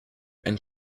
and